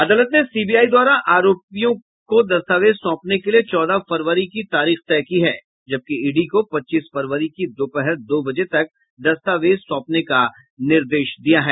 अदालत ने सीबीआई द्वारा आरोपियों को दस्तावेज सौंपने के लिए चौदह फरवरी की तारीख तय की है जबकि ईडी को पच्चीस फरवरी की दोपहर दो बजे तक दस्तावेज सौंपने का निर्देश दिया है